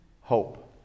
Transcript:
hope